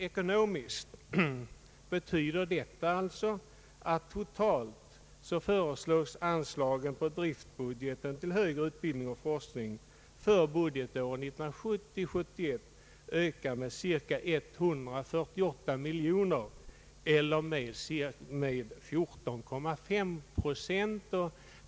Ekonomiskt betyder detta att anslagen på driftbudgeten till högre utbildning och forskning för budgetåret 1970/71 totalt föreslås öka med cirka 148 miljoner kronor eller med 14,5 procent.